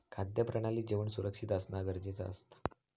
खाद्य प्रणालीत जेवण सुरक्षित असना गरजेचा असता